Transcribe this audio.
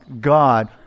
God